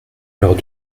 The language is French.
lors